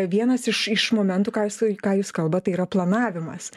vienas iš iš momentų ką jūs ką jūs kalbat tai yra planavimas